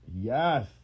Yes